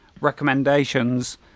Recommendations